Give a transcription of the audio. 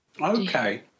Okay